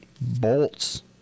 bolts